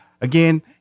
again